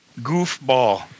Goofball